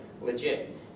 legit